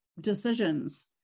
decisions